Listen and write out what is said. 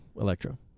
Electro